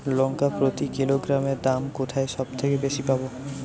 লঙ্কা প্রতি কিলোগ্রামে দাম কোথায় সব থেকে বেশি পাব?